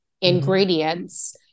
ingredients